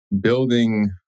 building